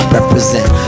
represent